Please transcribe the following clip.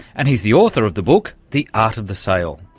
and he's the author of the book the art of the sale.